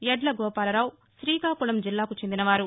యడ్ల గోపాలరావు లీకాకుళం జిల్లాకు చెందినవారు